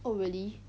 oh really